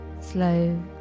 slow